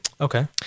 Okay